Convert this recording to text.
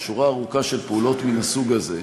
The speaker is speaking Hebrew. ושורה ארוכה של פעולות מהסוג הזה,